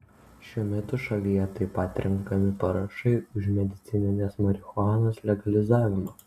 šiuo metu šalyje taip pat renkami parašai už medicininės marihuanos legalizavimą